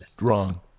wrong